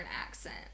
accent